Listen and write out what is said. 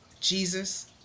Jesus